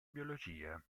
biologia